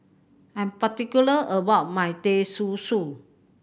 I'm particular about my Teh Susu